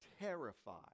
terrified